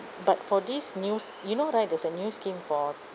but for this new s~ you know right there's a new scheme for